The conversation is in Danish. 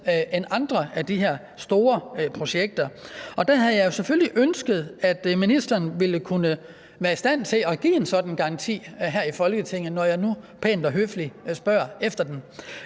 end andre af de her store projekter. Der havde jeg jo selvfølgelig ønsket, at ministeren ville være i stand til at give en sådan garanti her i Folketinget, når jeg nu pænt og høfligt spørger efter den.